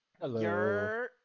Hello